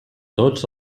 tots